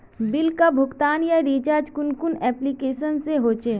Bill का भुगतान या रिचार्ज कुन कुन एप्लिकेशन से होचे?